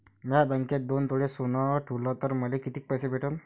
म्या बँकेत दोन तोळे सोनं ठुलं तर मले किती पैसे भेटन